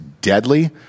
deadly